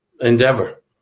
endeavor